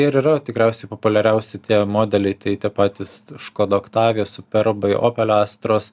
ir yra tikriausiai populiariausi tie modeliai tai tie patys škoda octavia superbai opel astros